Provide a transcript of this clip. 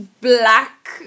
black